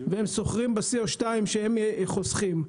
והם סוחרים ב-CO₂ שהם חוסכים.